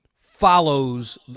follows